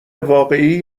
واقعی